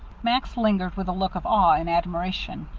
max lingered, with a look of awe and admiration.